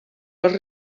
les